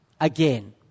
again